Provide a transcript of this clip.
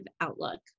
outlook